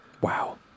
Wow